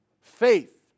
Faith